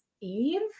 Eve